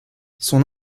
son